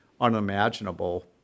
unimaginable